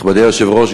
נכבדי היושב-ראש,